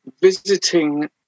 visiting